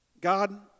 God